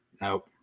Nope